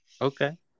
Okay